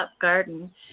garden